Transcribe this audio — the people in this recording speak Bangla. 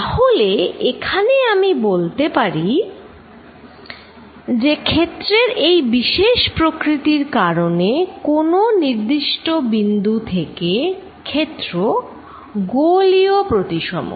তাহলে এখানে আমি বলতে পারি যে ক্ষেত্রের এই বিশেষ প্রকৃতির কারণে কোনো নির্দিষ্ট বিন্দু থেকে ক্ষেত্র গোলীয় প্রতিসম